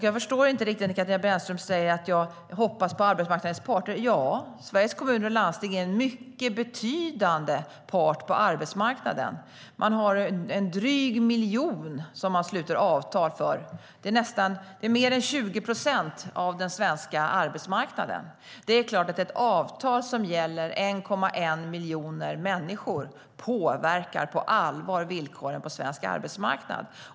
Jag förstår inte riktigt vad Katarina Brännström menar när hon säger att jag hoppas på arbetsmarknadens parter. Ja, Sveriges Kommuner och Landsting är en mycket betydande part på arbetsmarknaden. Man har en dryg miljon som man sluter avtal för. Det är mer än 20 procent av den svenska arbetsmarknaden. Det är klart att ett avtal som gäller 1,1 miljoner människor på allvar påverkar villkoren på svensk arbetsmarknad.